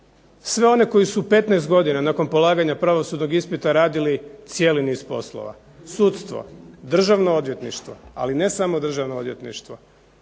Sve one koji su 15 godina nakon polaganja pravosudnog ispita radili cijeli niz poslova, sudstvo, državno odvjetništvo, ali ne samo državno odvjetništvo,